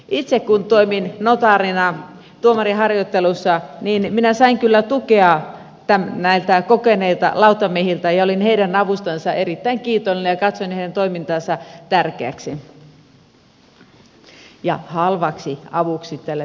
itse kun toimin notaarina tuomariharjoittelussa minä sain kyllä tukea näiltä kokeneilta lautamiehiltä ja olin heidän avustansa erittäin kiitollinen ja katsoin heidän toimintansa tärkeäksi ja halvaksi avuksi tälle meidän kokonaisuudellemme